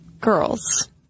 girls